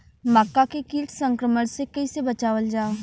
मक्का के कीट संक्रमण से कइसे बचावल जा?